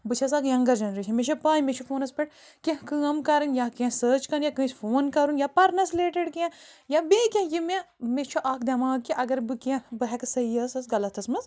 بہٕ چھیٚس اَکھ ینٛگر جنریشَن مےٚ چھِ پاے مےٚ چھِ فونَس پٮ۪ٹھ کیٚنٛہہ کٲم کرٕنۍ یا کیٚنٛہہ سٔرٕچ کرُن یا کٲنٛسہِ فون کرُن یا پرنَس رِلیٹِڈ کیٚنٛہہ یا بیٚیہِ کیٚنٛہہ یہِ مےٚ مےٚ چھُ اَکھ دماغ کہِ اگر بہٕ کیٚنٛہہ بہٕ ہیٛکہٕ صحیٖحَس تہٕ غلطَس منٛز